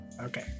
Okay